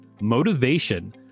Motivation